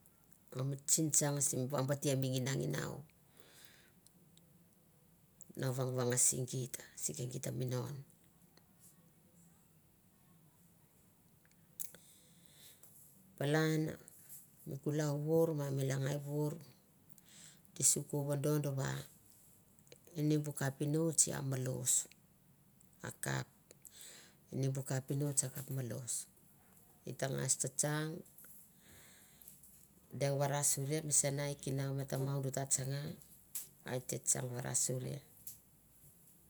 Nga mu tsing tsang sim vambatia mi nginau, na vang vangse geit si ke geit minon, polan kulau vour ma mi langai vour di si ku vadonva ini bu kapinots a malos ini bu kapinots a malos deng varasoria misan e kinau ma e tamadi ta tsanga. a e te tsang.